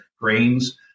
grains